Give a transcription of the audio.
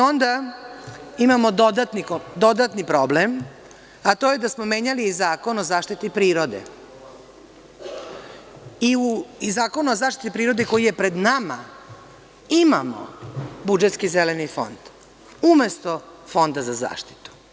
Onda imamo dodatni problem, a to je da smo menjali i Zakon o zaštiti prirode i u Zakonu o zaštiti prirode koji je pred nama imamo budžetski Zeleni fond umesto Fonda za zaštitu.